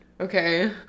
okay